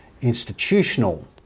institutional